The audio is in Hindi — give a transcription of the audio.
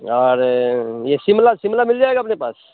और ये शिमला शिमला मिल जाएगा अपने पास